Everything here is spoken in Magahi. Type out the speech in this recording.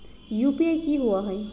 यू.पी.आई कि होअ हई?